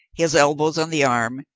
his elbows on the arm,